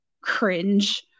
cringe